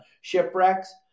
shipwrecks